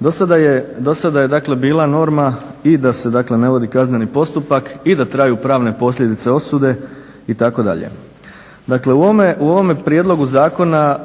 Do sada je bila norma da se i ne vodi kazneni postupak i da traju pravne posljedice osude itd. dakle u ovome prijedlogu zakona